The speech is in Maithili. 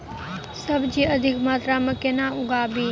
सब्जी अधिक मात्रा मे केना उगाबी?